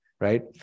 Right